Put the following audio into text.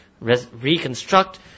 reconstruct